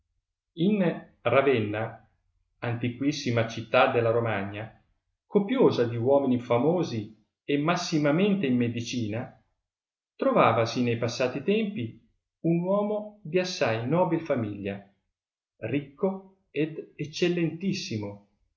in ravenna antiquissima città della romagna copiosa di uomini famosi e massimamente in medicina trovavasi nei passati tempi un uomo di assai nobil famiglia rii co ed eccellentissimo